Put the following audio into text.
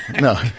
no